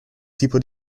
tipo